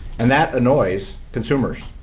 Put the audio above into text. and that annoys consumers.